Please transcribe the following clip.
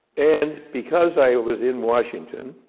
and because i was in washington,